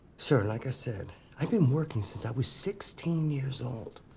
sir, like i said, i've been working since i was sixteen years old.